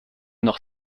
noch